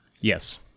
Yes